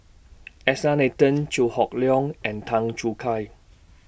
S R Nathan Chew Hock Leong and Tan Choo Kai